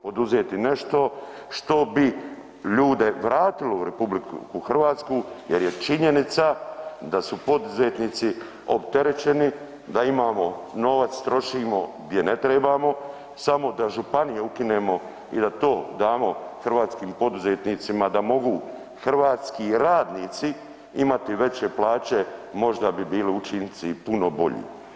poduzeti nešto što bi ljude vratilo u RH jer je činjenica da su poduzetnici opterećeni da imamo novac, trošimo gdje ne trebamo, samo da županije ukinemo i da to damo hrvatskih poduzetnicima da mogu hrvatski radnici imati veće plaće, možda bi bili učinci puno bolji.